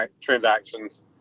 transactions